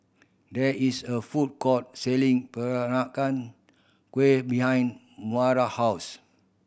there is a food court selling Peranakan Kueh behind Maura house